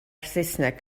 saesneg